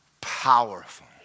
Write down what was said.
powerful